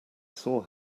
saw